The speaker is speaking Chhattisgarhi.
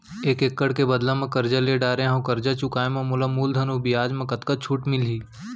एक एक्कड़ के बदला म करजा ले डारे हव, करजा चुकाए म मोला मूलधन अऊ बियाज म कतका छूट मिलही?